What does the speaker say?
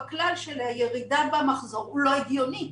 הכלל של ירידה במחזור הוא לא הגיוני,